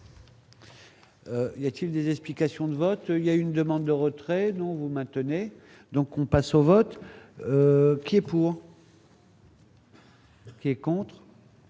y a-t-il des explications de vote, il y a une demande de retrait non vous maintenez donc on passe au vote qui est pour. Est contre.